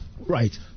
right